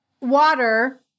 water